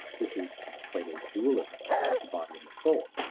this is plato's dualism about the body and the soul.